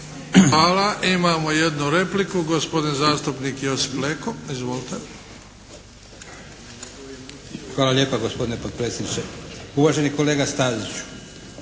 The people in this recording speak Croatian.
Hvala. Imamo jednu repliku, gospodin zastupnik Josip Leko. Izvolite. **Leko, Josip (SDP)** Hvala lijepa gospodine potpredsjedniče. Uvaženi kolega Staziću,